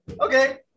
okay